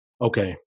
Okay